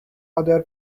other